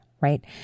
right